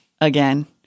again